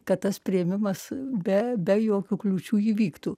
kad tas priėmimas be be jokių kliūčių įvyktų